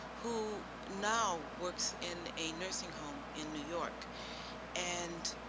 who now works in a nursing home in new york and